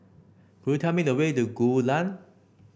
could you tell me the way to Gul Lane